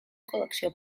col·lecció